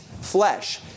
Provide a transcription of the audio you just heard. flesh